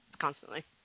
constantly